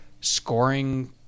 scoring